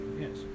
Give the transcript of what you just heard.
Yes